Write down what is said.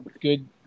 good